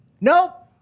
Nope